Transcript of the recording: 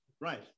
right